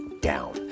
down